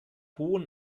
hohen